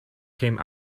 came